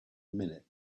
minute